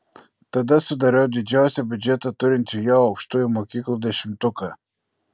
tada sudariau didžiausią biudžetą turinčių jav aukštųjų mokyklų dešimtuką